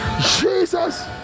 Jesus